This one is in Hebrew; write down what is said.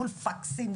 מול פקסים,